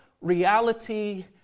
reality